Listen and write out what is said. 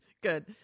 good